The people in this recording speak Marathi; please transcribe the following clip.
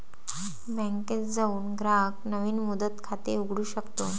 बँकेत जाऊन ग्राहक नवीन मुदत खाते उघडू शकतो